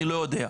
אני לא יודע.